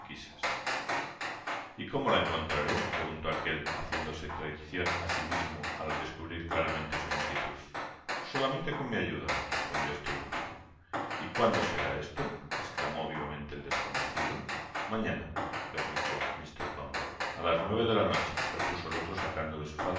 y cómo la encontraré preguntó aquel haciéndose traicion asi mismo al descubrir claramente su inquietud solamente con mi ayuda respondió este último y cuándo será esto esclamó vivamente el desconocido mañana replicó mr bumble a las nueve de la noche repuso el otro sacando de su